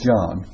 John